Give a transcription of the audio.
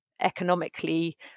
economically